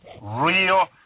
real